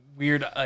weird